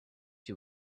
you